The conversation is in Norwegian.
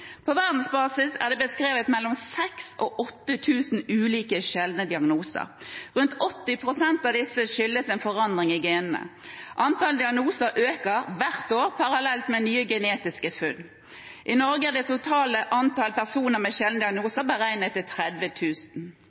På verdensbasis er det beskrevet mellom 6 000 og 8 000 ulike sjeldne diagnoser. Rundt 80 pst. av disse skyldes en forandring i genene. Antall diagnoser øker hvert år, parallelt med nye genetiske funn. I Norge er det totale antall personer med sjeldne diagnoser beregnet